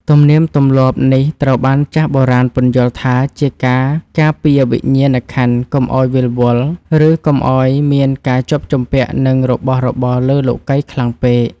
ទំនៀមទម្លាប់នេះត្រូវបានចាស់បុរាណពន្យល់ថាជាការការពារវិញ្ញាណក្ខន្ធកុំឱ្យវិលវល់ ឬកុំឱ្យមានការជាប់ជំពាក់នឹងរបស់របរលើលោកិយខ្លាំងពេក។